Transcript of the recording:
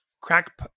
crack